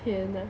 天呐